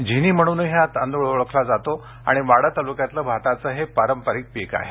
झिनी म्हणूनही हा तांदूळ ओळखला जातो आणि वाडा तालुक्यातील भाताचे हे पारंपरिक पीक आहे